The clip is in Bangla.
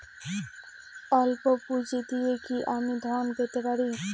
সল্প পুঁজি দিয়ে কি আমি ঋণ পেতে পারি?